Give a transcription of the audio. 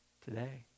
today